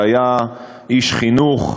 שהיה איש חינוך,